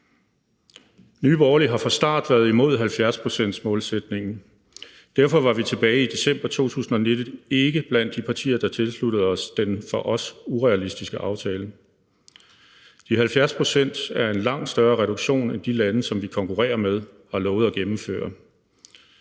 Nye Borgerlige har fra starten været imod 70-procentsmålsætningen. Derfor var vi tilbage i december 2019 ikke blandt de partier, der tilsluttede sig den for os urealistiske aftale. De 70 pct. er en langt større reduktion end de lande, som vi konkurrerer med, har lovet at gennemføre.